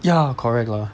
ya correct lah